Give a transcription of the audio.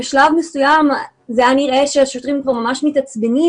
בשלב מסוים היה נראה שהשוטרים כבר ממש מתעצבנים